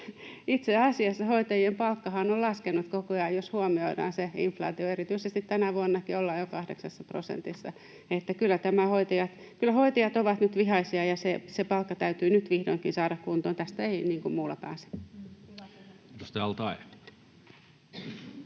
itse asiassa hoitajien palkkahan on laskenut koko ajan, jos huomioidaan se inflaatio — erityisesti tänä vuonna, kun ollaan jo kahdeksassa prosentissa. Kyllä hoitajat ovat nyt vihaisia, ja se palkka täytyy nyt vihdoinkin saada kuntoon. Tästä ei muulla pääse. [Speech